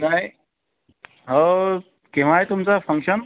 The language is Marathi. नाही हो केव्हा आहे तुमचं फंक्शन